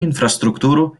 инфраструктуру